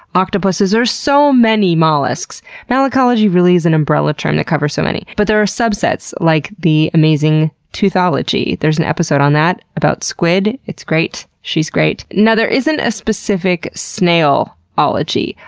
octopuses. there's so many mollusks! malacology really is an umbrella term that covers so many, but there are subsets, like the amazing teuthology. there's an episode on that about squid. it's great. she's great. now there isn't a specific snail ology.